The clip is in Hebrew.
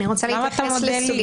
בהינתן שאין